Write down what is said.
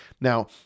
Now